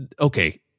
okay